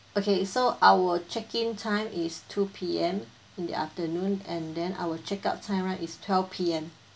okay so our check in time is two P M in the afternoon and then our check out time right is twelve P M